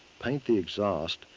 paint the exhaust,